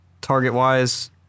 target-wise